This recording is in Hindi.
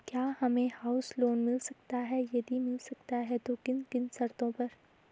क्या हमें हाउस लोन मिल सकता है यदि मिल सकता है तो किन किन शर्तों पर?